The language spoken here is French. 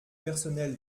personnel